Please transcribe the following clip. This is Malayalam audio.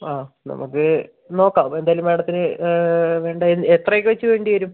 ആ നമുക്ക് നോക്കാം എന്തായാലും മാഡത്തിന് വേണ്ട എത്രയൊക്കെ വച്ച് വേണ്ടി വരും